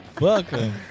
welcome